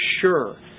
sure